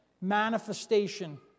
manifestation